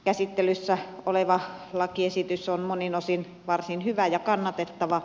käsittelyssä oleva lakiesitys on monin osin varsin hyvä ja kannatettava